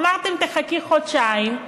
אמרתם: חכי חודשיים.